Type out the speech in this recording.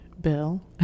Bill